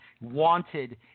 wanted